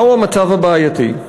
מהו המצב הבעייתי?